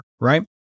right